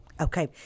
okay